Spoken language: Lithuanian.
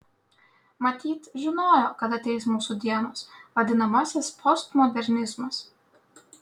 matyt žinojo kad ateis mūsų dienos vadinamasis postmodernizmas